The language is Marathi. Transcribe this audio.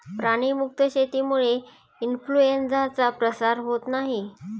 प्राणी मुक्त शेतीमुळे इन्फ्लूएन्झाचा प्रसार होत नाही